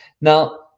Now